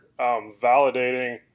validating